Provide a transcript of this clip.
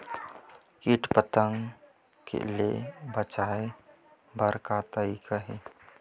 कीट पंतगा ले बचाय बर का तरीका हे?